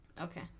Okay